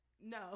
no